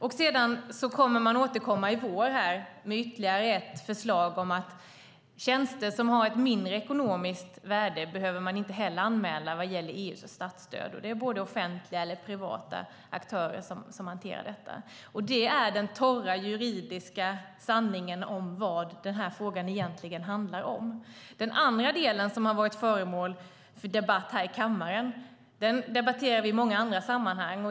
I vår kommer man att återkomma med ytterligare ett förslag om att man inte heller behöver anmäla tjänster som har ett mindre ekonomiskt värde vad gäller EU:s statsstöd. Det är både offentliga och privata aktörer som hanterar detta. Detta är den torra juridiska sanningen om vad denna fråga egentligen handlar om. Den andra delen som har varit föremål för debatt här i kammaren debatterar vi i många andra sammanhang.